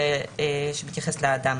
שלא נימצא קלים